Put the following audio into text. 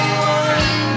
one